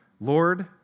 Lord